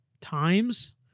times